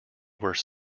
were